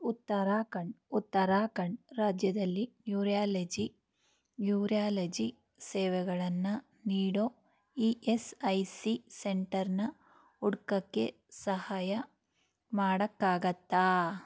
ಉತ್ತರಾಖಂಡ್ ಉತ್ತರಾಖಂಡ್ ರಾಜ್ಯದಲ್ಲಿ neurology neurology ಸೇವೆಗಳನ್ನು ನೀಡೋ ಇ ಎಸ್ ಐ ಸಿ ಸೆಂಟರನ್ನು ಹುಡ್ಕಕ್ಕೆ ಸಹಾಯ ಮಾಡೋಕ್ಕಾಗತ್ತಾ